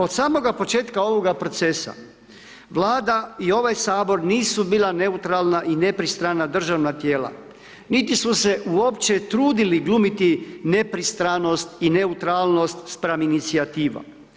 Od samoga početka ovoga procesa Vlada i ovaj HS nisu bila neutralna i nepristrana državna tijela, niti su se uopće trudili glumiti nepristranost i neutralnost spram inicijativa.